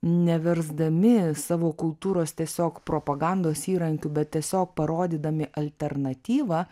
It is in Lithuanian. neversdami savo kultūros tiesiog propagandos įrankiu bet tiesiog parodydami alternatyvą